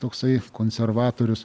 toksai konservatorius